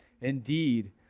Indeed